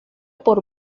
por